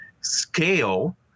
Scale